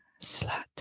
slut